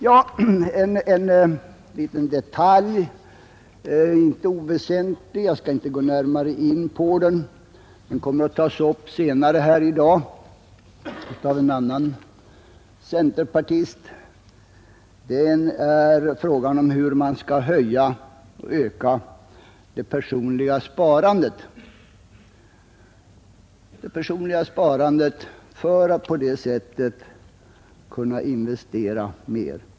En inte oväsentlig detalj — som jag inte skall gå in på närmare; den kommer att tas upp senare här i dag av en annan centerpartist — är frågan hur man skall öka det personliga sparandet för att på det sättet kunna investera mer.